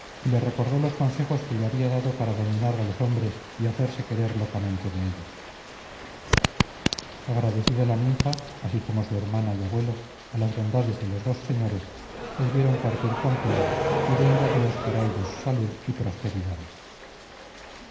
y le recordó los consejos que le había dado para dominar a los hombres y hacerse querer locamente de ellos agradecida la ninfa así como su hermana y abuelo a las bondades de los dos señores les vieron partir con pena pidiendo a dios para ellos salud y prosperidades